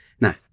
Now